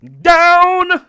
down